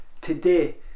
today